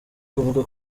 kuvuga